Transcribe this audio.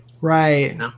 Right